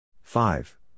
five